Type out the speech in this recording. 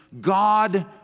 God